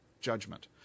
judgment